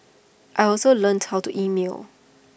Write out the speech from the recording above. I also learned how to email